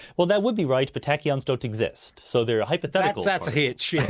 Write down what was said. well, that would be right but tachyons don't exist, so they're a hypothetical. that's a hitch, yes!